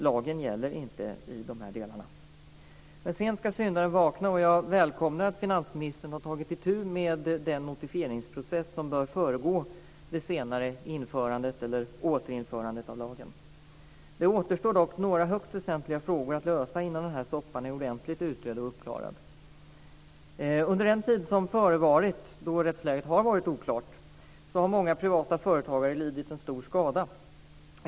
Lagen gäller inte i de delarna. Men sent ska syndaren vakna. Jag välkomnar att finansministern har tagit itu med den notifieringsprocess som bör föregå det senare införandet, eller återinförandet, av lagen. Det återstår dock några högst väsentliga frågor att lösa innan den här soppan är ordentligt utredd och uppklarad. Under den tid som förevarit, då rättsläget har varit oklart, har många privata företagare lidit en stor skada.